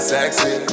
Sexy